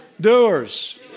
Doers